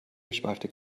geschweifte